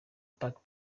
park